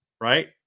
right